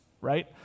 right